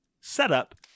setup